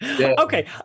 Okay